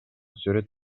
сүрөт